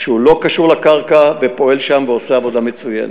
שהוא לא קשור לקרקע ופועל שם ועושה עבודה מצוינת.